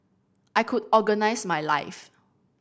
I could organise my life